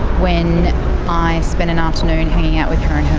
when i spent an afternoon hanging out with her